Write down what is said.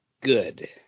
good